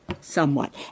somewhat